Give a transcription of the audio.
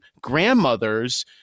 grandmothers